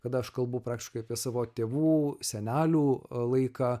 kada aš kalbu praktiškai apie savo tėvų senelių laiką